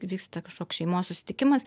vyksta kažkoks šeimos susitikimas